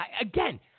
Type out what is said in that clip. again